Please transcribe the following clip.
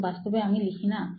কিন্তু বাস্তবে আমি লিখি না